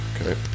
Okay